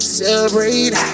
celebrate